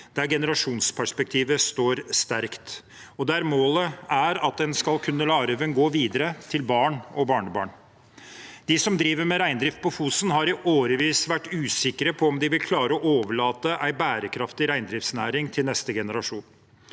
der generasjonsperspektivet står sterkt, og der målet er at en skal kunne la arven gå videre til barn og barnebarn. De som driver med reindrift på Fosen, har i årevis vært usikre på om de vil klare å overlate en bærekraftig reindriftsnæring til neste generasjon.